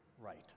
right